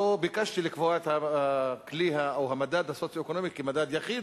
לא ביקשתי לקבוע את הכלי או המדד הסוציו-אקונומי כמדד יחיד.